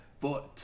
foot